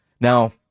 Now